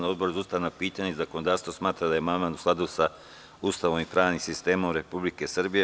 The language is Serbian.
Odbor za ustavna pitanja i zakonodavstvo smatra da je amandman u skladu sa Ustavom i pravnim sistemom Republike Srbije.